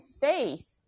faith